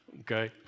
Okay